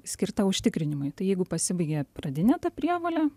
skirta užtikrinimui tai jeigu pasibaigė pradinė ta prievolė